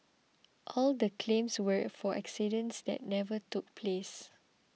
all the claims were for accidents that never took place